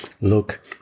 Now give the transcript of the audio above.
look